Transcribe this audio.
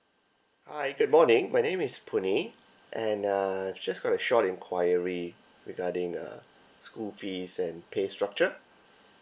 hi good morning my name is puh nee and uh just got a short enquiry regarding uh school fees and pay structure